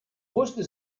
wusste